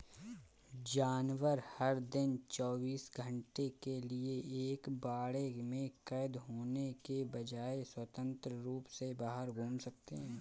जानवर, हर दिन चौबीस घंटे के लिए एक बाड़े में कैद होने के बजाय, स्वतंत्र रूप से बाहर घूम सकते हैं